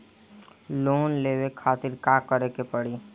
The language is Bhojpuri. लोन लेवे खातिर का करे के पड़ी?